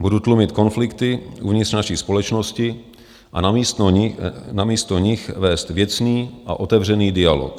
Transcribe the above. Budu tlumit konflikty uvnitř naší společnosti a namísto nich vést věcný a otevřený dialog.